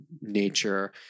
nature